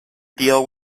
deal